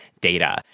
data